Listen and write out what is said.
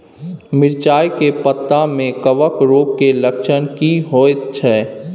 मिर्चाय के पत्ता में कवक रोग के लक्षण की होयत छै?